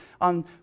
on